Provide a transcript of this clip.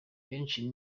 benshi